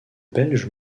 belge